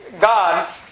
God